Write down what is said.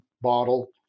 bottle